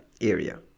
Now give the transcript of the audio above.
area